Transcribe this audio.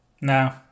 No